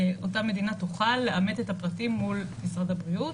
אותה מדינה תוכל לאמת את הפרטים מול משרד הבריאות.